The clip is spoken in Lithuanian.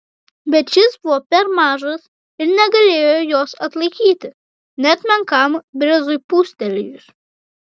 bet šis buvo per mažas ir negalėjo jos atlaikyti net menkam brizui pūstelėjus